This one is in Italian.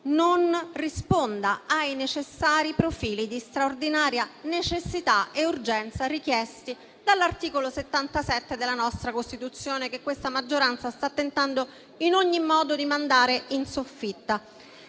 non risponda ai necessari profili di straordinaria necessità e urgenza richiesti dall'articolo 77 della nostra Costituzione, che questa maggioranza sta tentando in ogni modo di mandare in soffitta.